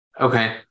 Okay